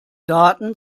daten